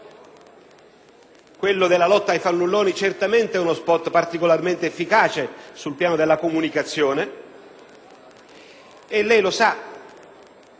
quello della lotta ai fannulloni certamente è particolarmente efficace sul piano della comunicazione, e lei lo sa.